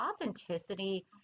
authenticity